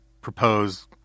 propose